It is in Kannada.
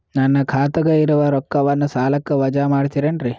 ನನ್ನ ಖಾತಗ ಇರುವ ರೊಕ್ಕವನ್ನು ಸಾಲಕ್ಕ ವಜಾ ಮಾಡ್ತಿರೆನ್ರಿ?